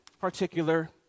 particular